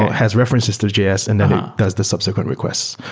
has references to js and then does the subsequent request.